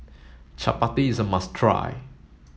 Chapati is a must try